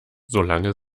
solange